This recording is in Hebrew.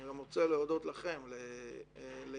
אני רוצה להודות לכם, לאיתמר